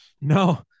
no